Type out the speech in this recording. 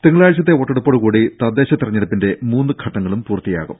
തിങ്കളാഴ്ചത്തെ തദ്ദേശ വോട്ടെടുപ്പോടുകൂടി തെരഞ്ഞെടുപ്പിന്റെ മൂന്ന് ഘട്ടങ്ങളും പൂർത്തിയാവും